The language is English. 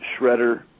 Shredder